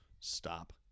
stop